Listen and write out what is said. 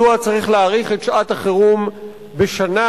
מדוע צריך להאריך את שעת-החירום בשנה?